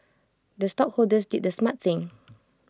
the stockholders did the smart thing